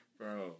Bro